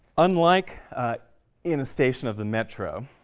unlike in a station of the metro,